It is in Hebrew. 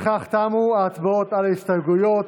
בכך תמו ההצבעות על ההסתייגויות,